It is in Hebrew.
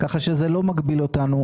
זה לא מגביל אותנו,